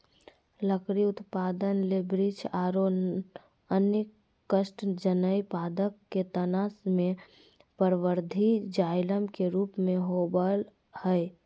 लकड़ी उत्पादन ले वृक्ष आरो अन्य काष्टजन्य पादप के तना मे परवर्धी जायलम के रुप मे होवअ हई